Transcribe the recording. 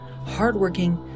hardworking